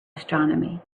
astronomy